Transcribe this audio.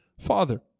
father